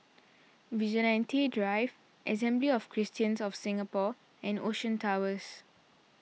Vigilante Drive Assembly of Christians of Singapore and Ocean Towers